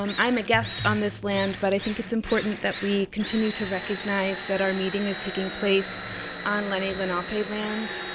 um i'm a guest on this land, but i think it's important that we continue to recognize that our meeting is taking place on lenni-lenape land.